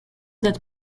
that